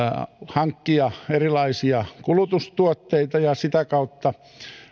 hankkia erilaisia kulutustuotteita ja sitä kautta